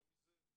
יותר מזה,